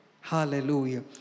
Hallelujah